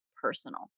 personal